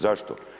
Zašto?